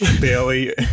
Bailey